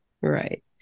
Right